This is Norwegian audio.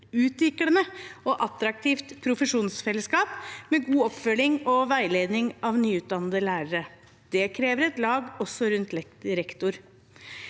utviklende og attraktivt profesjonsfelleskap med god oppfølging og veiledning av nyutdannede lærere. Det krever et lag også rundt rektor.